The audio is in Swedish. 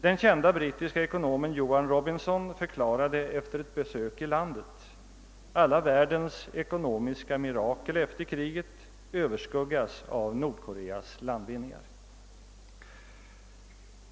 Den kän da brittiska ekonomen Joan Robinson förklarade efter ett besök i landet: Alla världens ekonomiska mirakel efter kriget överskuggas av Nordkoreas landvinningar.